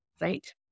right